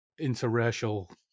interracial